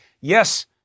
Yes